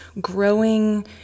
growing